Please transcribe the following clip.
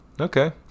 Okay